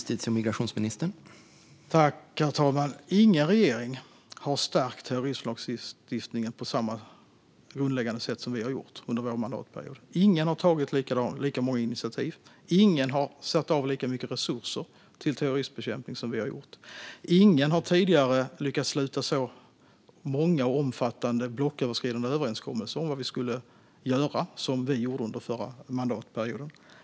Herr talman! Ingen regering har stärkt terroristlagstiftningen på samma grundläggande sätt som vi har gjort under vår mandatperiod. Ingen har tagit lika många initiativ, och ingen har satt av lika mycket resurser till terrorismbekämpning som vi har gjort. Ingen har tidigare lyckats sluta så många och omfattande blocköverskridande överenskommelser om vad vi ska göra som vi gjorde under förra mandatperioden.